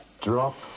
Drop